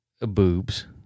boobs